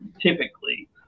typically